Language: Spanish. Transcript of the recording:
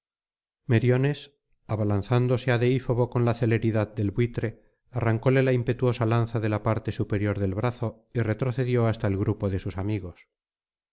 meriones abalanzándose á deífobo con la celeridad del buitre arrancóle la impetuosa lanza de la parte superior del brazo y retrocedió hasta el grupo de sus amigos